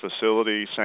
facility